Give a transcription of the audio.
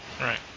Right